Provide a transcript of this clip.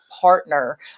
partner